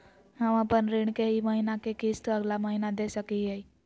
हम अपन ऋण के ई महीना के किस्त अगला महीना दे सकी हियई?